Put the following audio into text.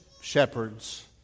shepherds